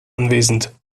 anwesend